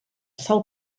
sal